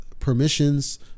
permissions